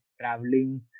traveling